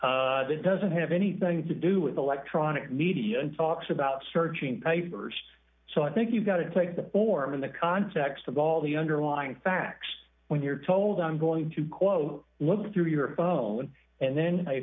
form that doesn't have anything to do with electronic media and talks about searching papers so i think you've got to take the form in the context of all the underlying facts when you're told i'm going to quote one through your phone and then